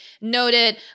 noted